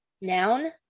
noun